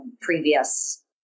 previous